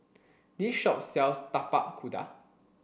this shop sells Tapak Kuda